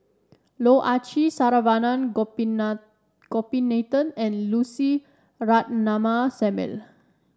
Loh Ah Chee Saravanan Gopinathan and Lucy Ratnammah Samuel